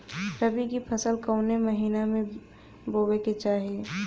रबी की फसल कौने महिना में बोवे के चाही?